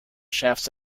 shafts